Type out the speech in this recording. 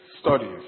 studies